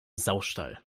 saustall